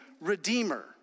redeemer